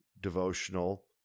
devotional